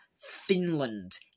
Finland